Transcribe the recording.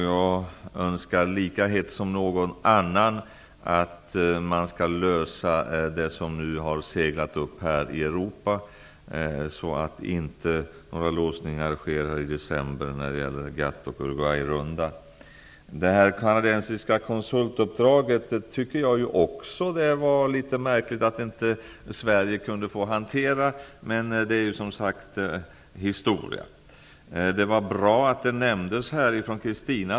Jag önskar lika hett som någon annan att de problem som nu har seglat upp i Europa skall lösas så att det inte finns några låsningar i december när det gäller Gatt och Jag tycker också att det var litet märkligt att Sverige inte kunde få hantera det uppdrag som gick till det kanadensiska konsultföretaget. Men detta är, som sagt, historia.